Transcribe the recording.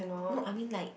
no I mean like